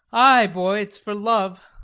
ay, boy, it's for love.